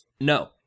No